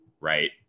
right